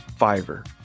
Fiverr